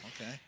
Okay